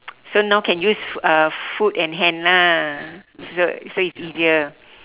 so now can use uh food and hand lah so so it's easier